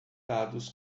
dados